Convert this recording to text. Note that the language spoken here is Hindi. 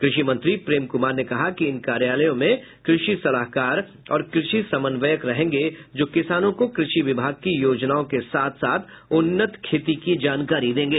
कृषि मंत्री प्रेम कुमार ने कहा कि इन कार्यालयों में कृषि सलाहकार और कृषि समन्वयक रहेंगे जो किसानों को कृषि विभाग की योजनाओं के साथ उन्नत खेती की जानकारी देंगे